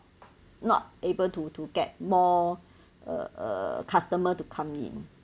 not able to to get more uh customer to come in